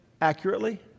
accurately